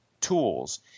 tools